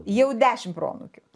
jau dešim proanūkių